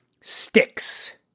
Sticks